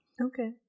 Okay